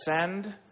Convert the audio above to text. send